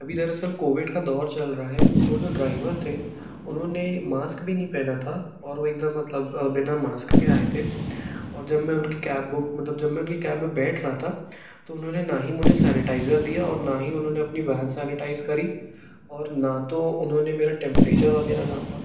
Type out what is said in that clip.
अभी दरअसल कोविड का दौर चल रहा है तो जो ड्राइवर थे उन्होंने मास्क भी नहीं पहना था और वह एक दम मतलब बिना मास्क के आए थे और जब मैं उनकी कैब बुक मतलब जब मैं उनकी कैब में बैठ रहा था तो उन्होंने ना ही मुझे सैनिटाइज़र दिया और ना ही उन्होंने अपनी वैन सैनिटाइज़ करी और ना तो उन्होंने मेरा टेम्परेचर वग़ैरह नापा